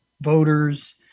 voters